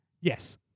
Yes